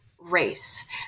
race